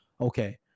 okay